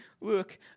look